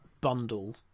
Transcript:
bundle